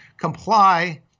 comply